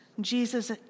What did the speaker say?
Jesus